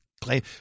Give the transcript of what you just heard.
claim